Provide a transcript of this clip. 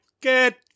get